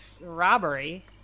robbery